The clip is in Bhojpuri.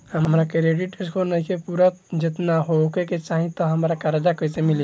हमार क्रेडिट स्कोर नईखे पूरत जेतना होए के चाही त हमरा कर्जा कैसे मिली?